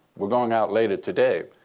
we're going out later today.